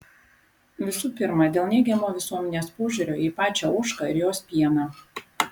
visų pirma dėl neigiamo visuomenės požiūrio į pačią ožką ir jos pieną